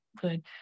good